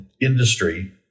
industry